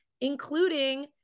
including